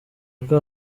uko